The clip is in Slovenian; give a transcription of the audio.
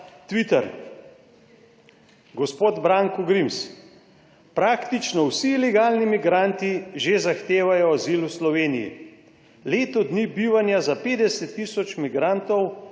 Twitter, gospod Branko Grims: »Praktično vsi ilegalni migranti že zahtevajo azil v Sloveniji, leto dni bivanja za 50 tisoč migrantov,